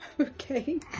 Okay